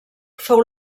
fou